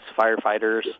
firefighters